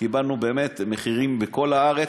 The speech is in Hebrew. קיבלנו באמת מחירים בכל הארץ,